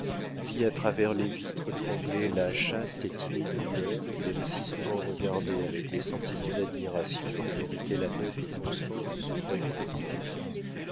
vit à travers les vitres trembler la chaste et timide lueur qu'il avait si souvent regardée avec les sentiments d'admiration que méritait la noble constance de ce vrai grand homme